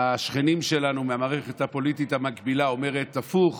השכנים שלנו מהמערכת הפוליטית המקבילה אומרים הפוך